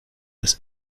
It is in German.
des